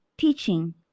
teaching